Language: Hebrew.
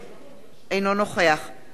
אינו נוכח רונית תירוש,